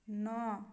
ନଅ